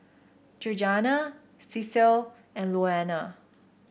Georganna Cecil and Louanna